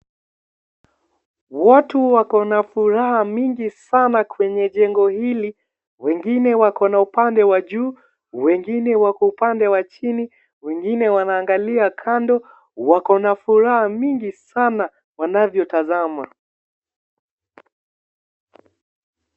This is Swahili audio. Watu wako na furaha mingi sana kwenye jengo hili. Wengine wako na upande wa juu. Wengine wako upande wa chini. Wengine wanaangalia kando. Wako na furaha mingi sana wanavyotazama.